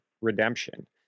redemption